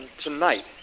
tonight